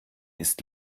ist